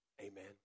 Amen